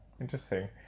interesting